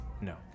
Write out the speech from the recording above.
No